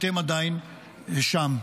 אתם עדיין שם.